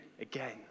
again